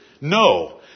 No